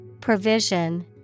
Provision